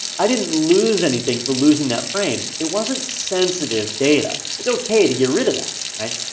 i didn't lose anything for losing that frame, it wasn't sensitive data. it's okay to get rid of that right?